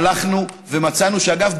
הלכנו ומצאנו שאגב,